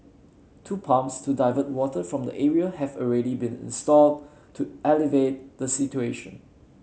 two pumps to divert water from the area have already been installed to alleviate the situation